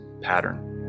pattern